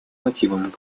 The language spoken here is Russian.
мотивам